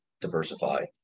diversify